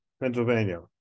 Pennsylvania